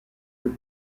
più